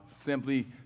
Simply